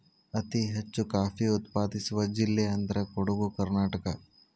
ಅತಿ ಹೆಚ್ಚು ಕಾಫಿ ಉತ್ಪಾದಿಸುವ ಜಿಲ್ಲೆ ಅಂದ್ರ ಕೊಡುಗು ಕರ್ನಾಟಕ